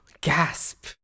Gasp